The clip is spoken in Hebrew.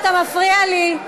אתה מפריע לי.